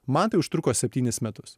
man tai užtruko septynis metus